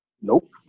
Nope